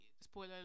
spoiler